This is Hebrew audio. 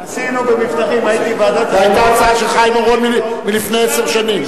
זו היתה ההצעה של חיים אורון לפני עשר שנים.